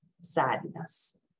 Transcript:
sadness